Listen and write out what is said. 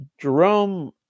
Jerome